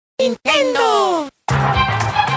Nintendo